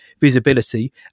visibility